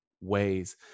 ways